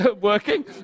working